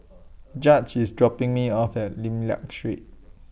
Judge IS dropping Me off At Lim Liak Street